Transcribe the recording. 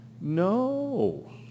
no